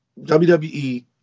wwe